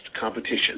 competition